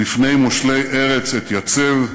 "לפני מושלי ארץ אתייצב,